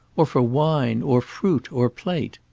or for wine, or fruit, or plate.